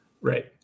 Right